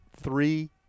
three